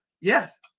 Yes